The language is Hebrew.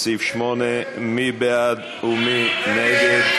לאחרי סעיף 8. מי בעד ומי נגד?